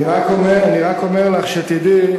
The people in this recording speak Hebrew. אני רק אומר לך, שתדעי.